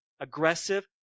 aggressive